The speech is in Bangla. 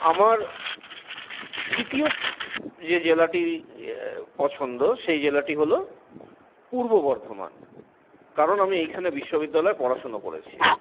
আমার তৃতীয় যে জেলাটি পছন্দ সেই জেলাটি হল পূর্ব বর্ধমান কারণ আমি এইখানে বিশ্ববিদ্যালয়ে পড়াশুনো করেছি